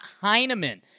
Heineman